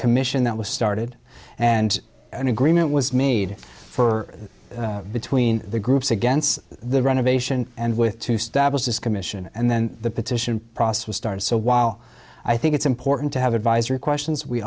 commission that was started and an agreement was made for between the groups against the renovation and with two stablished this commission and then the petition process was started so while i think it's important to have advisory questions we